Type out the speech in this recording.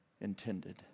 intended